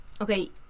Okay